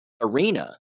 arena